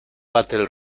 battle